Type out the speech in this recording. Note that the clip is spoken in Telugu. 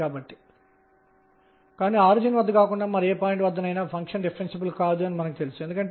కాబట్టి మూడవది మరియు వాటి వివరణలు ఏమిటి